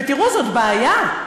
ותראו, זאת בעיה.